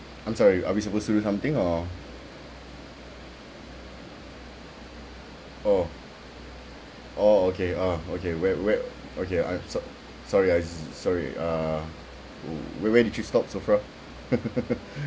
I'm sorry are we supposed to do something or oh oh okay uh okay where where okay I'm s~ sorry I s~ sorry uh where where did you stop so far